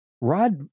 Rod